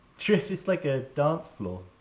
it's like a dance floor.